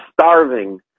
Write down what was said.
starving